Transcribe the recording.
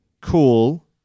Cool